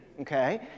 Okay